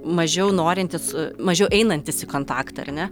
mažiau norintis mažiau einantis į kontaktą ar ne